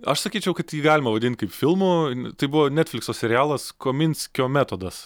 aš sakyčiau kad jį galima vadint kaip filmu tai buvo netflikso serialas kominskio metodas